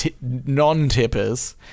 non-tippers